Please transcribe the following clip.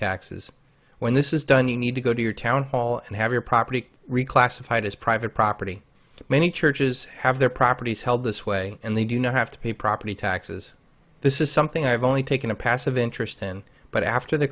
taxes when this is done you need to go to your town hall and have your property reclassified as private property many churches have their properties held this way and they do not have to pay property taxes this is something i've only taken a passive interest in but after the